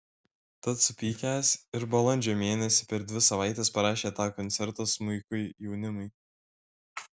tad supykęs ir balandžio mėnesį per dvi savaites parašė tą koncertą smuikui jaunimui